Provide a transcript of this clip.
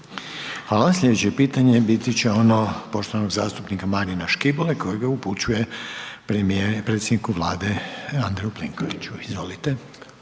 Hvala. Slijedeće pitanje biti će ono poštovanog zastupnika Marina Škibole kojega upućuje predsjedniku Vlade Andreju Plenkoviću, izvolite.